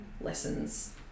lessons